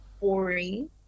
boring